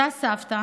אותה סבתא